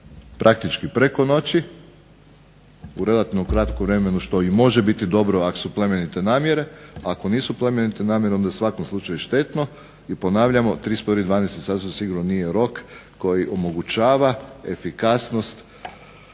praktički preko noći, u relativno kratkom vremenu što i može biti dobro ako su plemenite namjere. Ako nisu plemenite namjere onda je u svakom slučaju štetno. I ponavljamo, 31.12. sasvim sigurno nije rok koji omogućava efikasnu